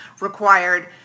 required